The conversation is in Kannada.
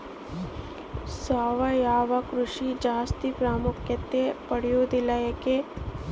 ಸಾವಯವ ಕೃಷಿ ಜಾಸ್ತಿ ಪ್ರಾಮುಖ್ಯತೆ ಪಡೆದಿಲ್ಲ ಯಾಕೆ?